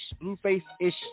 Blueface-ish